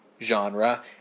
genre